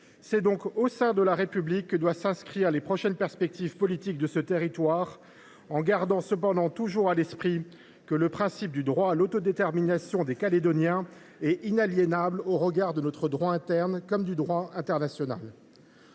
C’est donc au sein de la République que doivent s’inscrire les prochaines perspectives politiques de ce territoire ; il nous faudra cependant toujours garder à l’esprit que le principe du droit à l’autodétermination des Calédoniens est inaliénable, au regard de notre droit interne comme du droit international.